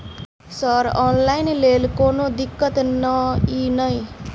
Sir online लैल कोनो दिक्कत न ई नै?